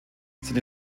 seine